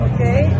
Okay